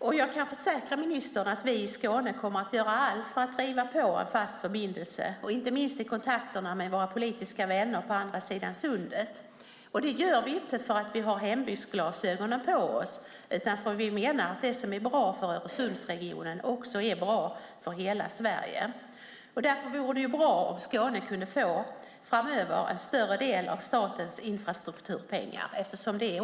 Jag kan försäkra ministern att vi i Skåne kommer att göra allt för att driva på frågan om en fast förbindelse, inte minst i kontakterna med våra politiska vänner på andra sidan Sundet. Det gör vi inte för att vi har hembygdsglasögonen på oss utan för att vi menar att det som är bra för Öresundsregionen är bra för hela Sverige. Därför vore det bra om Skåne framöver kunde få en större del av statens infrastrukturpengar - eftersom det